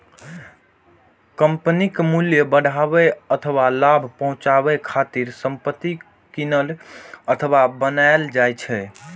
कंपनीक मूल्य बढ़ाबै अथवा लाभ पहुंचाबै खातिर संपत्ति कीनल अथवा बनाएल जाइ छै